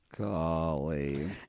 Golly